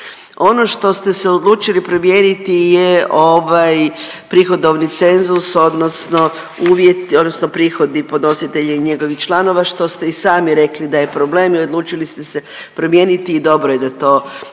Ono što ste se odlučili promijeniti je ovaj prihodovni cenzus odnosno uvjeti, odnosno prihodi podnositelja i njegovih članova što ste i sami rekli da je problem i odlučili ste se promijeniti i dobro je da to napravite.